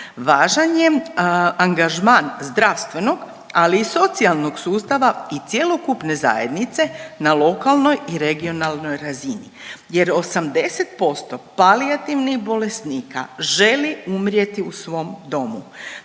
Važan je angažman zdravstvenog ali i socijalnog sustava i cjelokupne zajednice na lokalnoj i regionalnoj razini jer 80% palijativnih bolesnika želi umrijeti u svom domu.